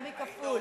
יותר מכפול.